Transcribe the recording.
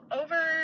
over